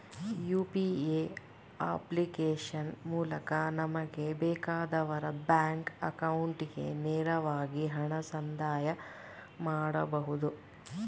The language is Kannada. ಯು.ಪಿ.ಎ ಅಪ್ಲಿಕೇಶನ್ ಮೂಲಕ ನಮಗೆ ಬೇಕಾದವರ ಬ್ಯಾಂಕ್ ಅಕೌಂಟಿಗೆ ನೇರವಾಗಿ ಹಣ ಸಂದಾಯ ಮಾಡಬಹುದು